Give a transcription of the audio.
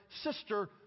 sister